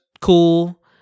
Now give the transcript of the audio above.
cool